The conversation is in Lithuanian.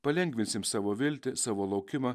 palengvinsim savo viltį savo laukimą